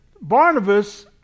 Barnabas